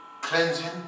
cleansing